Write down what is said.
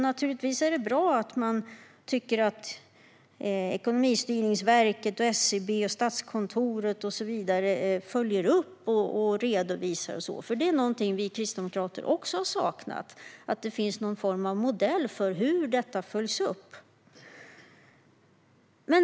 Naturligtvis är det bra att man tycker att Ekonomistyrningsverket, SCB, Statskontoret och så vidare följer upp och redovisar detta. Vi kristdemokrater har också saknat någon form av modell för uppföljning.